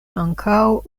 ankaŭ